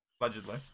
Allegedly